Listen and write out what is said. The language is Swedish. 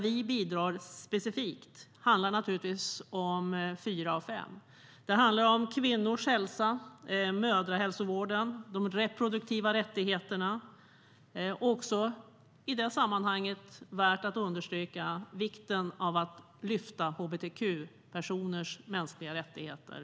Vi bidrar specifikt när det handlar om fyra av fem. Det handlar om kvinnors hälsa, mödrahälsovården och de reproduktiva rättigheterna. Det är också i det sammanhanget värt att understryka vikten av att lyfta hbtq-personers mänskliga rättigheter.